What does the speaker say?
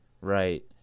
right